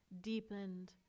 deepened